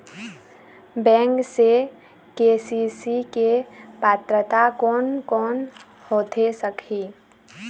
Bank से KCC के पात्रता कोन कौन होथे सकही?